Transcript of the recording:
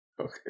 Okay